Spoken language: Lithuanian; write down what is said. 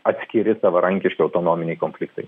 atskiri savarankiški autonominiai konfliktai